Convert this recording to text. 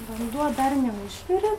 vanduo dar neužvirė